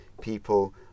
people